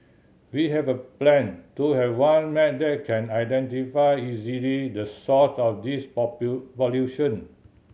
we have a plan to have one map that can identify easily the source of this